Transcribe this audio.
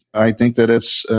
i think that it's,